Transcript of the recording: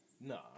No